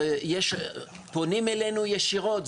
פונים אלינו ישירות.